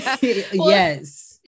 yes